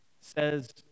says